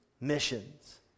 missions